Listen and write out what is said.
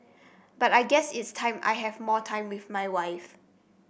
but I guess it's time I have more time with my wife